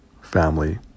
family